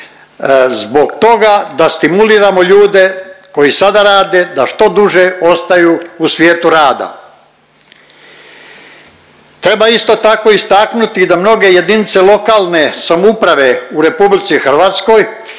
zbog toga da stimuliramo ljude koji sada rade da što duže ostaju u svijetu rada. Treba isto tako istaknuti da mnoge jedinice lokalne samouprave u RH imaju